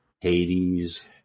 Hades